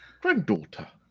granddaughter